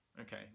okay